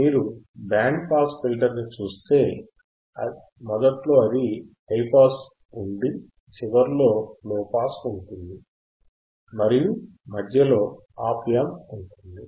మీరు band pass filter ని చూస్తే మొదట్లో అది హై పాస్ ఉండి చివర్లో లో పాస్ ఉంటుంది మరియు మధ్యలో ఆప్ యాంప్ ఉంటుంది